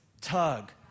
tug